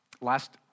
last